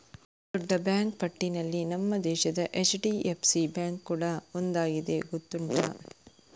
ದೊಡ್ಡ ಬ್ಯಾಂಕು ಪಟ್ಟಿನಲ್ಲಿ ನಮ್ಮ ದೇಶದ ಎಚ್.ಡಿ.ಎಫ್.ಸಿ ಬ್ಯಾಂಕು ಕೂಡಾ ಒಂದಾಗಿದೆ ಗೊತ್ತುಂಟಾ